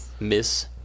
Miss